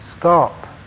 stop